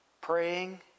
praying